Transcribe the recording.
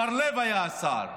בר לב היה השר,